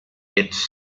its